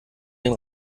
den